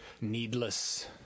needless